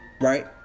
right